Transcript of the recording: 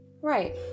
right